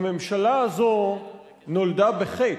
הממשלה הזאת נולדה בחטא,